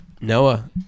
Noah